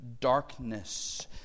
darkness